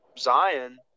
Zion